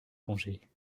congés